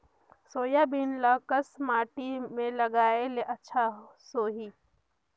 Soybean ल कस माटी मे लगाय ले अच्छा सोही?